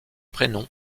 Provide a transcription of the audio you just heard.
prénom